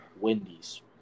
Wendy's